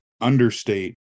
understate